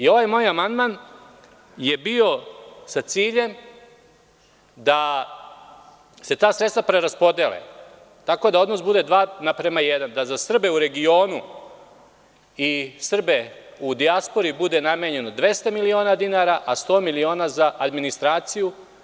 Ovaj moj amandman je bio sa ciljem da se ta sredstva preraspodele, tako da odnos bude 2:1, da za Srbe u regionu i Srbe u dijaspori bude namenjeno 200 miliona dinara, a 100 miliona za administraciju.